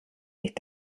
sich